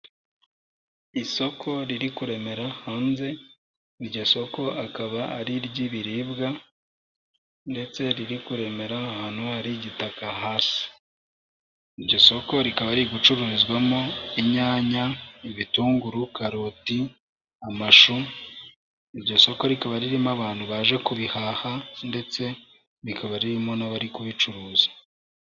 Isoko riri kuremera hanze, iryo sokokaba ari iry'ibiribwa ndetse riri kuremera ahantu hari igitaka hasi, iryo soko rikaba ririgucururizwamo inyanya, ibitunguru, karoti n'amashu, iryo soko rikaba ririmo abantu baje kubihaha ndetse rikaba ririmo n'abari kubicuruza.